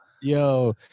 Yo